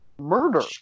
murder